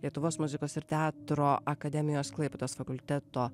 lietuvos muzikos ir teatro akademijos klaipėdos fakulteto